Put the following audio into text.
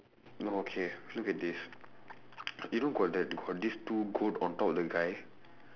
no okay look at this you know got the got these two goat on top of the guy